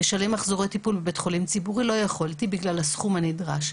לשלם על מחזורי טיפול בבית חולים ציבורי לא יכולתי בגלל הסכום הנדרש.